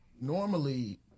normally